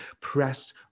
pressed